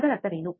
ಅದರ ಅರ್ಥವೇನು